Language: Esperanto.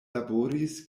laboris